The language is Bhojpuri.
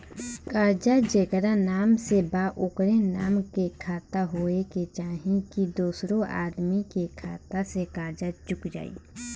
कर्जा जेकरा नाम से बा ओकरे नाम के खाता होए के चाही की दोस्रो आदमी के खाता से कर्जा चुक जाइ?